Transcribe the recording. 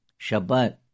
Shabbat